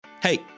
Hey